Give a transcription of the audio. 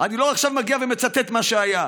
אני לא מצטט עכשיו מה שהיה,